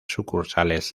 sucursales